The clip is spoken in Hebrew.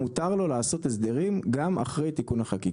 מותר לו לעשות הסדרים גם אחרי תיקון החקיקה.